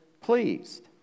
pleased